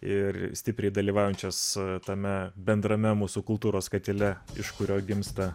ir stipriai dalyvaujančios tame bendrame mūsų kultūros katile iš kurio gimsta